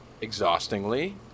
exhaustingly